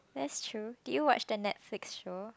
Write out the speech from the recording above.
that's true do you watch the Netflix show